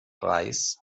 reis